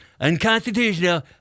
unconstitutional